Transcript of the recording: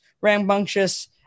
rambunctious